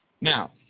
Now